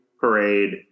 parade